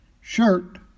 shirt